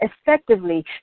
effectively